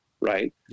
right